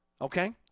Okay